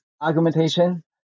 argumentation